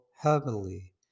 heavily